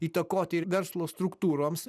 įtakoti ir verslo struktūroms